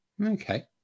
Okay